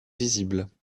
visibles